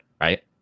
right